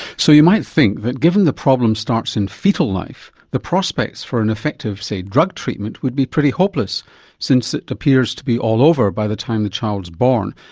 so you might think that given the problem starts in foetal life, the prospects for an effective say drug treatment would be pretty hopeless since it appears to be all over by the time the child's born,